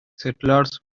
settlers